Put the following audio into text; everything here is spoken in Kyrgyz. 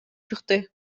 чыкты